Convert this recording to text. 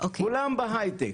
כולם בהייטק.